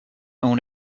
own